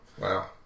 Wow